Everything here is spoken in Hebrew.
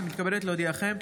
אני מתכבדת להודיעכם,